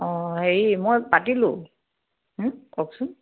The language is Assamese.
অঁ হেৰি মই পাতিলোঁ কওকচোন